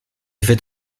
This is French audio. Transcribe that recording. fait